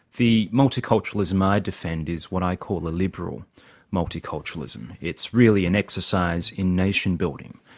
the multiculturalism i defend is what i call a liberal multiculturalism. it's really an exercise in nation building.